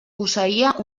posseïa